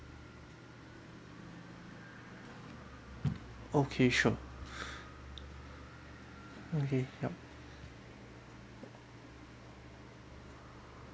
okay sure okay yup